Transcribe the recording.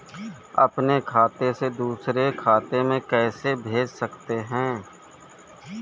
अपने खाते से दूसरे खाते में पैसे कैसे भेज सकते हैं?